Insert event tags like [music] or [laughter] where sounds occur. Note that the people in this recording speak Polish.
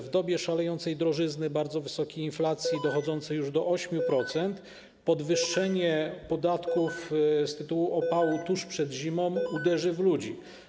W dobie szalejącej drożyzny, bardzo wysokiej inflacji [noise] dochodzącej już do 8% podwyższenie podatków z tytułu opału tuż przed zimą uderzy w ludzi.